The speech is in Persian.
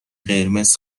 قرمز